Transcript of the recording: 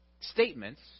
statements